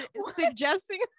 suggesting